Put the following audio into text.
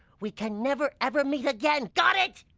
we can't never ever meet again, got it?